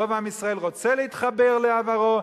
רוב עם ישראל רוצה להתחבר לעברו,